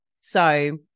So-